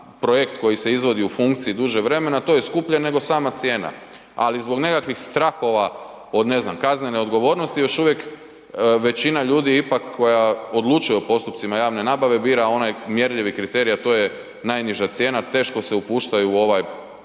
projekt koji se izvodi u funkciji duže vremena to je skuplje nego sama cijena. Ali zbog nekakvih strahova od ne znam kaznene odgovornosti još uvijek većina ljudi ipak koja odlučuje o postupcima javne nabave bira onaj mjerljivi kriterij, a to je najniža cijena, teško se upuštaju u ovu